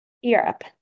Europe